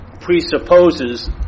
presupposes